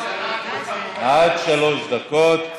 עד שלוש דקות,